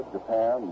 Japan